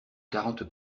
quarante